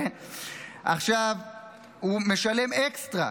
הוא משלם אקסטרה.